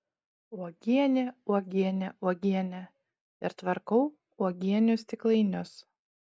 uogienė uogienė uogienė ir tvarkau uogienių stiklainius